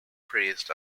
praised